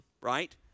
right